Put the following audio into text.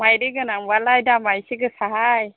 मायदि गोनां बालाय दामा एसे गोसाहाय